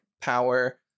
power